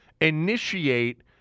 initiate